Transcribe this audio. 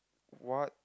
what